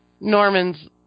Norman's